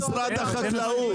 למשרד החקלאות.